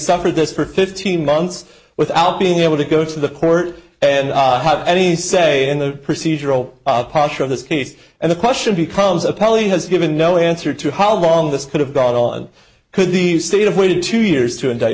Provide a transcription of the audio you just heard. suffered this for fifteen months without being able to go to the court and have any say in the procedural posture of this case and the question becomes a probably has given no answer to how long this could have gone on could the state of waited two years to indict